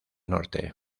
norte